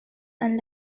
and